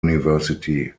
university